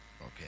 Okay